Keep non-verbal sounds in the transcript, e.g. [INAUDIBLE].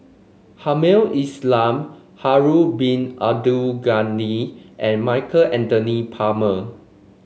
Hamed [UNINTELLIGIBLE] Harun Bin Abdul Ghani and Michael Anthony Palmer